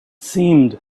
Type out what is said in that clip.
seemed